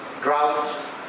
droughts